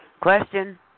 Question